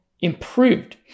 improved